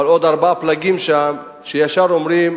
אבל עוד ארבעה פלגים שם ישר אומרים,